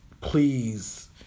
please